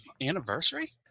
anniversary